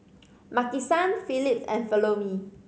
Maki San Phillips and Follow Me